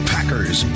Packers